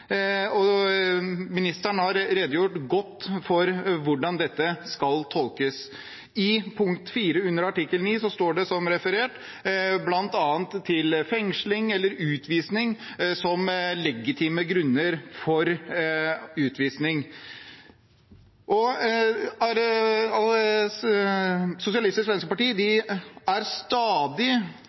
utvises. Ministeren har redegjort godt for hvordan dette skal tolkes. I punkt 4 under artikkel 9 står det referert bl.a. til fengsling eller utvisning som legitime grunner for atskillelse. Sosialistisk Venstreparti er stadig